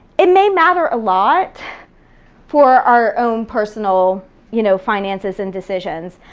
it may matter a lot for our own personal you know finances and decisions.